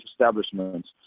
establishments